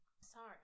sorry